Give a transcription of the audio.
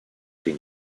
den